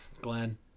Glenn